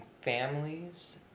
families